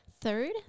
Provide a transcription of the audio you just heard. Third